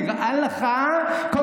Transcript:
נראה לך, הא?